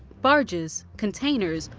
barges, containers,